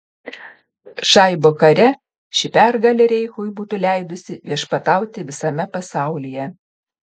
žaibo kare ši pergalė reichui būtų leidusi viešpatauti visame pasaulyje